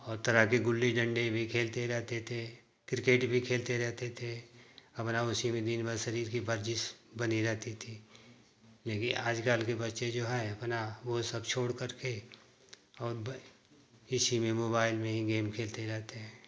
और तरह के गुल्ली डंडे भी खेलते रहते थे किर्केट भी खेलते रहते थे हमारा उसी में दिनभर शरीर की बर्जीश बनी रहती थी लेकिन आजकल के बच्चे जो है अपना वह सब छोड़कर के और बे इसी में मोबाइल में ही गेम खेलते रहते हैं